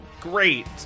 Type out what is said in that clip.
Great